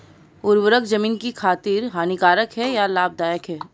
उर्वरक ज़मीन की खातिर हानिकारक है या लाभदायक है?